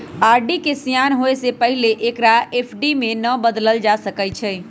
RD के सेयान होय से पहिले एकरा एफ.डी में न बदलल जा सकइ छै